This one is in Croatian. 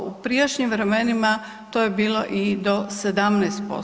U prijašnjim vremenima to je bilo i do 17%